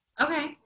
Okay